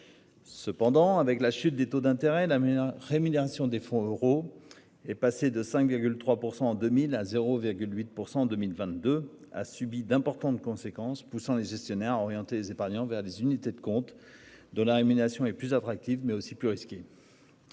Cependant, avec la chute des taux d'intérêt la meilleure rémunération des fonds euros est passé de 5,3% en 2000 à 0,8% en 2022, a subi d'importantes conséquences poussant les gestionnaires orienter les épargnants vers des unités de compte de la rémunération est plus attractive mais aussi plus risqué.